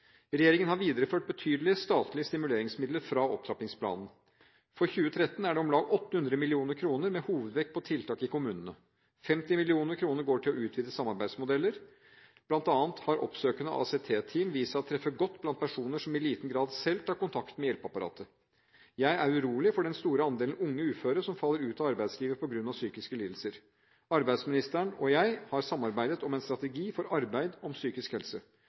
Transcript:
Regjeringen har videreført betydelige statlige stimuleringsmidler fra opptrappingsplanen. For 2013 er det om lag 800 mill. kr, med hovedvekt på tiltak i kommunene. 50 mill. kr går til å utvikle samarbeidsmodeller. Blant annet har oppsøkende ACT-team vist seg å treffe godt blant personer som i liten grad selv tar kontakt med hjelpeapparatet. Jeg er urolig for den store andelen unge uføre som faller ut av arbeidslivet på grunn av psykiske lidelser. Arbeidsministeren og jeg har samarbeidet om en strategi for arbeid og psykisk helse.